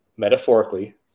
metaphorically